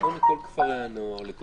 נכון לכל כפרי הנוער.